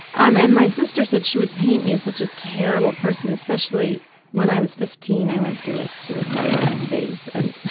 um and my sister said she would paint me as such a terrible person especially when i was fifteen i went through a suicidal phase, and